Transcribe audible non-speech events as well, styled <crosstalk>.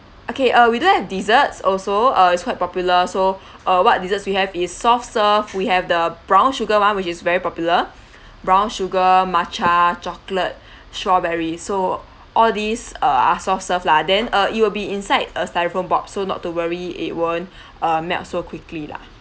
okay uh we do have desserts also uh it's quite popular so uh what desserts we have is soft serve we have the brown sugar one which is very popular brown sugar matcha chocolate strawberry so all these uh are soft serve lah then uh it will be inside a styrofoam box so not to worry it won't <breath> uh melt so quickly lah